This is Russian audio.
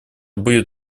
будет